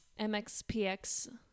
MXPX